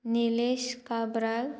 Nilesh काब्र